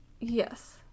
yes